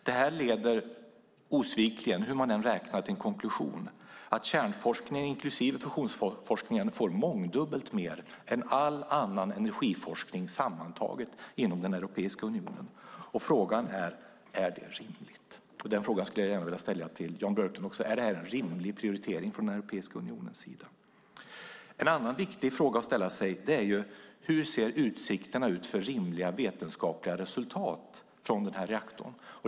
Detta leder osvikligen - hur man än räknar - till en konklusion att kärnforskningen, inklusive fusionsforskningen, får mångdubbelt mer än all annan energi sammantaget inom den europeiska unionen. Frågan är om detta är rimligt. Den frågan vill jag gärna ställa till Jan Björklund: Är detta en rimlig prioritering från Europeiska unionens sida? En annan viktig fråga att ställa sig är hur utsikterna för rimliga vetenskapliga resultat från reaktorn ser ut.